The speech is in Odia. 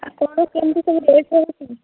ଆଉ କ'ଣ କେମିତି ସବୁ ରେଟ୍ ରହିଛି